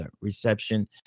reception